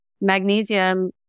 magnesium